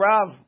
Rav